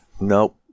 Nope